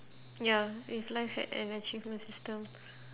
ya if life had an achievement system